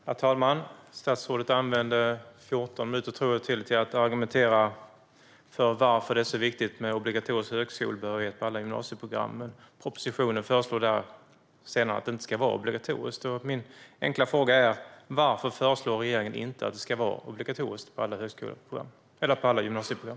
Herr talman! Statsrådet använde 14 minuters talartid till att argumentera för varför det är så viktigt med obligatorisk högskolebehörighet på alla gymnasieprogram. Men i propositionen föreslås att det inte ska vara obligatoriskt. Min enkla fråga är: Varför föreslår regeringen inte att det ska vara obligatoriskt på alla gymnasieprogram?